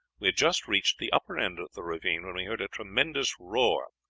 we had just reached the upper end of the ravine, when we heard a tremendous roar,